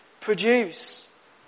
produce